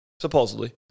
supposedly